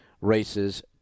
races